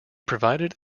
provided